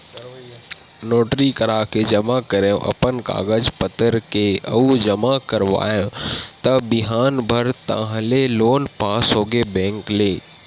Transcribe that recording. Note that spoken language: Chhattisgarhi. नोटरी कराके जमा करेंव अपन कागज पतर के अउ जमा कराएव त बिहान भर ताहले लोन पास होगे बेंक ले